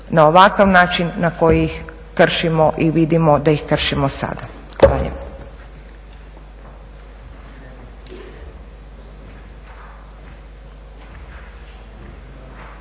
na ovakav način na koji ih kršimo i vidimo da ih kršimo sada. Hvala